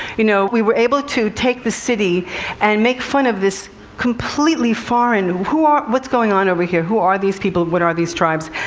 you know, we were able to take the city and make fun of this completely foreign, who are what's going on over here? who are these people? what are these tribes?